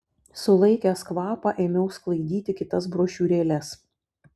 sulaikęs kvapą ėmiau sklaidyti kitas brošiūrėles